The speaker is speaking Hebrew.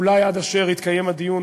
אולי עד אשר יתקיים דיון